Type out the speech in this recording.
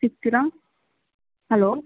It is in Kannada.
ಸಿಗ್ತೀರಾ ಹಲೋ